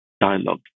dialogue